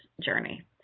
journey